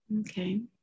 okay